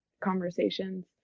conversations